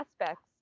aspects